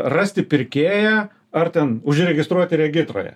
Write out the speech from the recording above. rasti pirkėją ar ten užregistruoti regitroje